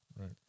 Right